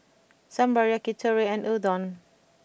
Sambar Yakitori and Udon